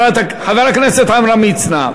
חבר הכנסת עמרם מצנע,